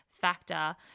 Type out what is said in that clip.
factor